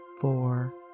Four